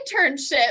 internship